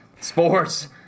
Sports